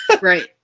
Right